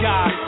God